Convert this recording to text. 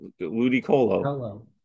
Ludicolo